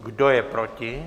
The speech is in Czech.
Kdo je proti?